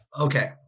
okay